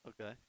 Okay